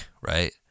right